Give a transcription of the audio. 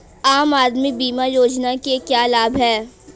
आम आदमी बीमा योजना के क्या लाभ हैं?